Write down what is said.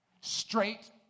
straight